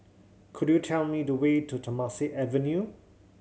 could you tell me the way to Temasek Avenue